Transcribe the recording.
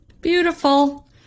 beautiful